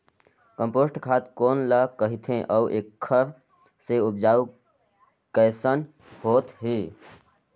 Compost खाद कौन ल कहिथे अउ एखर से उपजाऊ कैसन होत हे?